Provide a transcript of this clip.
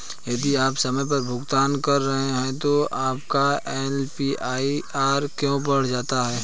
यदि आप समय पर भुगतान कर रहे हैं तो आपका ए.पी.आर क्यों बढ़ जाता है?